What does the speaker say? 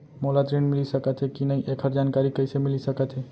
मोला ऋण मिलिस सकत हे कि नई एखर जानकारी कइसे मिलिस सकत हे?